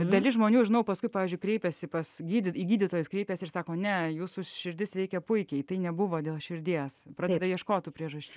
dalis žmonių žinau paskui pavyzdžiui kreipėsi pas gydyti į gydytojus kreipiasi ir sako ne jūsų širdis veikė puikiai tai nebuvo dėl širdies pradėta ieškoti priežasčių